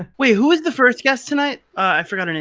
wait, who was the first guest tonight? i forgot her name,